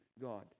God